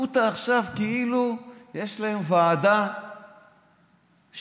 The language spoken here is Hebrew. אותה עכשיו כאילו יש להם ועדה שוחרת,